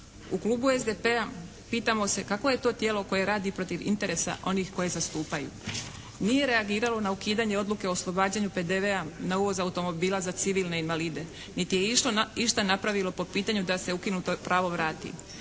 U klubu SDP-a pitamo se kakvo je to tijelo koje radi protiv interesa onih koje zastupaju? Nije reagiralo na ukidanje odluke o oslobađanju PDV-a na uvoz automobila za civilne invalide niti je išta napravilo po pitanju da se ukinuto pravo vrati.